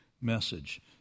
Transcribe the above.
message